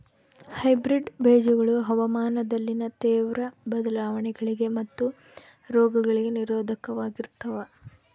hybrid ಬೇಜಗಳು ಹವಾಮಾನದಲ್ಲಿನ ತೇವ್ರ ಬದಲಾವಣೆಗಳಿಗೆ ಮತ್ತು ರೋಗಗಳಿಗೆ ನಿರೋಧಕವಾಗಿರ್ತವ